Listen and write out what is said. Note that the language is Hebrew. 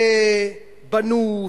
ובנו,